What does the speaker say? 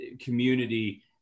community